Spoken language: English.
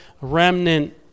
remnant